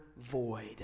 void